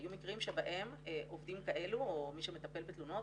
היו מקרים שבהם עובדים כאלו או מי שמטפל בתלונות